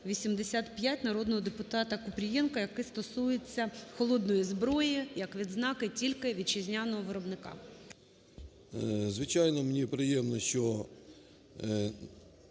85 народного депутатаКупрієнка, який стосується холодної зброї як відзнаки тільки вітчизняного виробника. 12:52:35 ПАЛАМАРЧУК М.П.